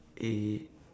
eh